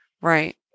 right